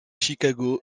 chicago